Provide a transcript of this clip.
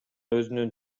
өзүнүн